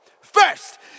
First